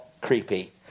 creepy